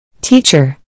Teacher